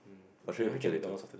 I'll show you a picture later